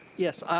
yes. ah